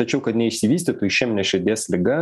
tačiau kad neišsivystytų išeminė širdies liga